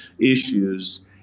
issues